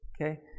Okay